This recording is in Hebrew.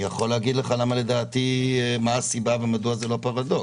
אני יכול להגיד מדוע זה לא פרדוקס.